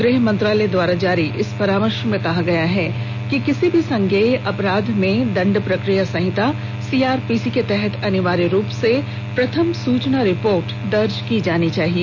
गृह मंत्रालय द्वारा जारी इस परामर्श में कहा गया है कि किसी भी संज्ञेय अपराध में दण्ड प्रक्रिया संहिता सीआरपीसी के तहत अनिवार्य रूप से प्रथम सूचना रिपोर्ट दर्ज की जानी चाहिए